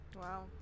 Wow